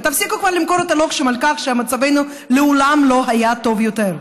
ותפסיקו כבר למכור את הלוקשים על כך שמצבנו מעולם לא היה טוב יותר.